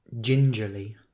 gingerly